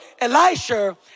Elisha